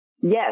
Yes